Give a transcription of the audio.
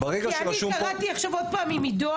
כי אני קראתי עכשיו עוד פעם עם עידו,